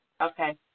Okay